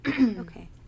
Okay